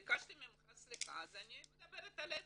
אני ביקשתי ממך סליחה, אז אני מדברת אליך.